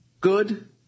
good